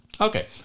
Okay